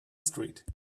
street